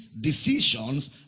decisions